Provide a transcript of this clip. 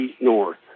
north